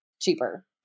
cheaper